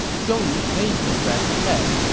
zhou yu's navy pressed ahead,